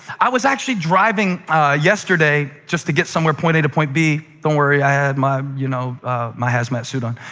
i was actually driving yesterday just to get somewhere, point a to point b don't worry i had my you know my hazmat suit on,